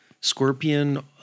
Scorpion